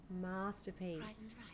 Masterpiece